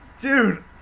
Dude